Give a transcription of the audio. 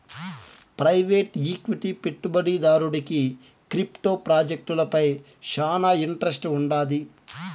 private equity పెట్టుబడిదారుడికి crypto ప్రాజెక్టులపై శానా ఇంట్రెస్ట్ వుండాది